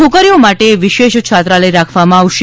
છોકરીઓ માટે વિશેષ છાત્રાલય રાખવામાં આવશે